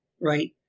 right